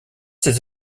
ses